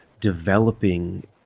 developing